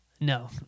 no